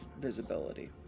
visibility